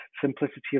simplicity